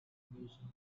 denominations